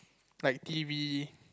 like T V